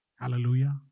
Hallelujah